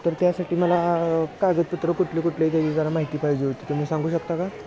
तर त्यासाठी मला कागदपत्र कुठले कुठलीही काही जरा माहिती पाहिजे होती तुम्ही सांगू शकता का